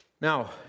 Now